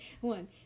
One